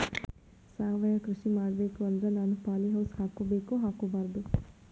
ಸಾವಯವ ಕೃಷಿ ಮಾಡಬೇಕು ಅಂದ್ರ ನಾನು ಪಾಲಿಹೌಸ್ ಹಾಕೋಬೇಕೊ ಹಾಕ್ಕೋಬಾರ್ದು?